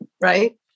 right